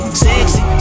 sexy